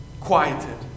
quieted